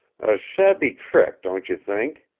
a shabby trick, don't you think?